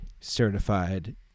certified